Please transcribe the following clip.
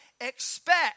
expect